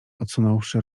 odsunąwszy